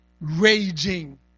raging